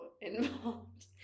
involved